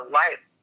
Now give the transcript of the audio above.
life